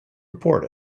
report